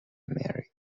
mary